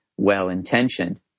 well-intentioned